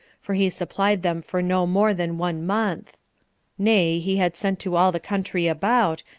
for he supplied them for no more than one month nay, he had sent to all the country about,